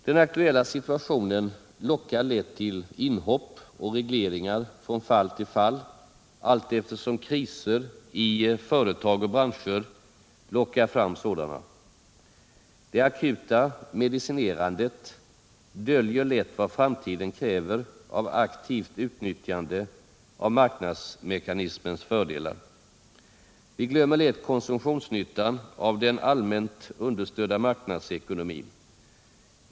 Den aktuella situationen lockar lätt till inhopp och regleringar från fall till fall allteftersom kriser i företag och branscher lockar fram sådana. Det akuta medicinerandet döljer lätt vad framtiden kräver av aktivt utnyttjande av marknadsmekanismens fördelar. Vi glömmer lätt konsumtionsnyttan av den allmänt understödda marknadsekonomin.